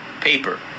Paper